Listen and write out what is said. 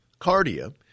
cardia